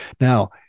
Now